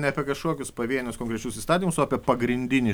ne apie kažkokius pavienius konkrečius įstatymus o apie pagrindinį